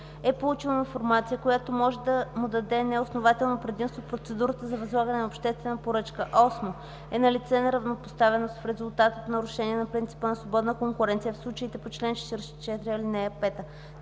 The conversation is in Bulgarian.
да получи информация, която може да му даде неоснователно предимство в процедурата за възлагане на обществена поръчка. 8. е налице неравнопоставеност в резултат от нарушение на принципа на свободна конкуренция в случаите по чл. 44,